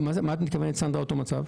למה את מתכוונת כשאת אומרת אותו מצב?